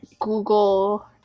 Google